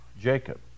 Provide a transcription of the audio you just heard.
Jacob